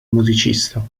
musicista